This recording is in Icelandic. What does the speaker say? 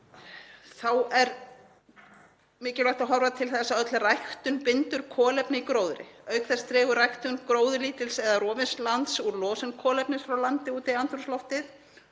Þá er mikilvægt að horfa til þess að öll ræktun bindur kolefni í gróðri. Auk þess dregur ræktun gróðurlítils eða rofins lands úr losun kolefnis frá landi út í andrúmsloftið